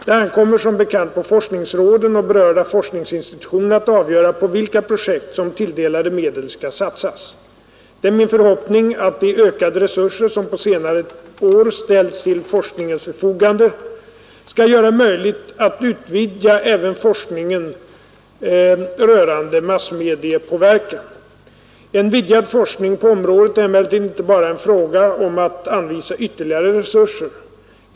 Det ankommer som bekant på forskningsråden och berörda forskningsinstitutioner att avgöra på vilka projekt som tilldelade medel skall satsas. Det är min förhoppning att de ökade resurser som på senare år ställts till forskningens förfogande skall göra det möjligt att utvidga även forskningen rörande massmediepåverkan. En vidgad forskning på området är emellertid inte bara en fråga om att anvisa ytterligare resurser.